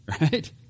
right